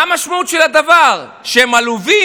מה המשמעות של הדבר, שהם עלובים?